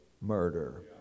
murder